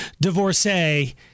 divorcee